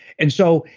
and so,